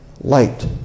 light